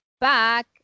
back